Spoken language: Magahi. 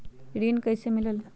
ऋण कईसे मिलल ले?